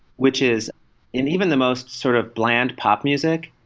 which is and even the most sort of bland pop music,